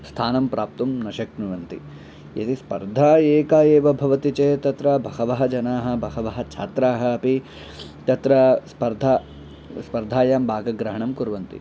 स्थानं प्राप्तुं न शक्नुवन्ति यदि स्पर्धा एका एव भवति चेत् तत्र बहवः जनाः बहवः छात्राः अपि तत्र स्पर्धा स्पर्धायां भागग्रहणं कुर्वन्ति